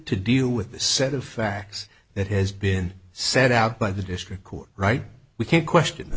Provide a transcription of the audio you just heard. to deal with the set of facts that has been set out by the district court right we can't question